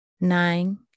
nine